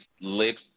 lips